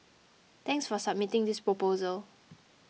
thanks for submitting this proposal